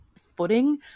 footing